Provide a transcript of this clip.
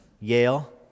Yale